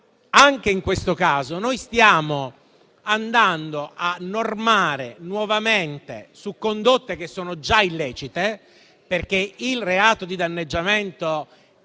anche in questo caso stiamo andando a normare nuovamente condotte che sono già illecite, perché il reato di danneggiamento